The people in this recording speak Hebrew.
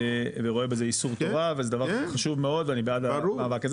ורואה בזה איסור תורה וזה דבר חשוב מאוד ואני בעד המאבק הזה,